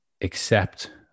accept